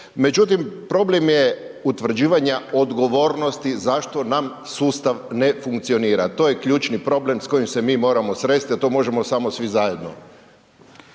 Međutim, problem je utvrđivanja odgovornosti zašto nam sustav ne funkcionira. To je ključni problem s kojim se mi moramo sresti, a to možemo samo svi zajedno.